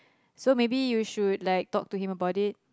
so maybe you should like talk to him about it